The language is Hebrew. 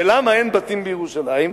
ולמה אין בתים בירושלים?